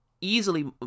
easily